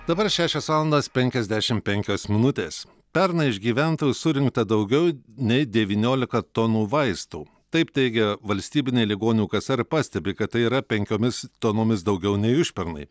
dabar šešios valandos penkiasdešim penkios minutės pernai iš gyventojų surinkta daugiau nei devyniolika tonų vaistų taip teigia valstybinė ligonių kasa ir pastebi kad tai yra penkiomis tonomis daugiau nei užpernai